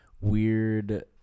weird